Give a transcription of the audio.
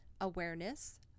awareness